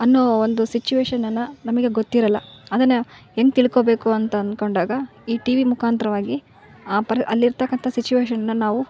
ಅನ್ನೋ ಒಂದು ಸಿಚುವೇಶನನ್ನು ನಮಗೆ ಗೊತ್ತಿರೋಲ್ಲ ಅದನ್ನು ಹೆಂಗೆ ತಿಳ್ಕೊಬೇಕು ಅಂತ ಅನ್ಕೊಂಡಾಗ ಈ ಟಿವಿ ಮುಖಾಂತ್ರವಾಗಿ ಆ ಪರಿ ಅಲ್ಲಿ ಇರ್ತಕಂಥ ಸಿಚುವೇಶನನ್ನು ನಾವು